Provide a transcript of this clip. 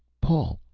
paul.